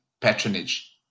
patronage